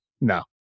No